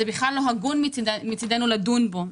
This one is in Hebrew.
זה בכלל לא הגון מצדנו לדון בו.